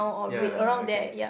ya ya ya okay